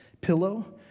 pillow